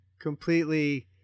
completely